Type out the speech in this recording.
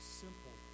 simple